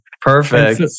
Perfect